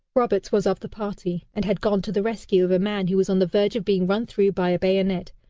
roberts was of the party and had gone to the rescue of a man who was on the verge of being run through by a bayonet,